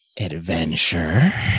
adventure